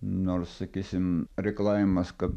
nors sakysim reikalavimas kad